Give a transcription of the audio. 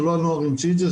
זה לא הנוער המציא את זה,